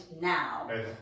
now